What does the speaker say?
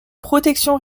protection